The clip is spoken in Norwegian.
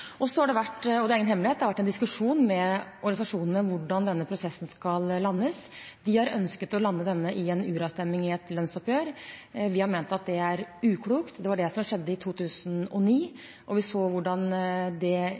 Så har det – og det er ingen hemmelighet – vært en diskusjon med organisasjonene om hvordan denne prosessen skal landes. De har ønsket å lande denne i en uravstemning i et lønnsoppgjør. Vi har ment at det er uklokt. Det var det som skjedde i 2009, og vi så hvordan det